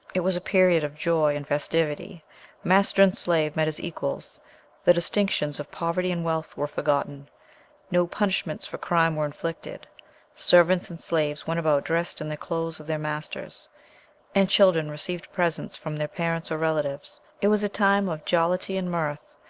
it was a period of joy and festivity master and slave met as equals the distinctions of poverty and wealth were forgotten no punishments for crime were inflicted servants and slaves went about dressed in the clothes of their masters and children received presents from their parents or relatives. it was a time of jollity and mirth,